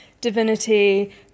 divinity